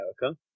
America